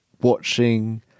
watching